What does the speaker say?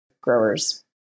growers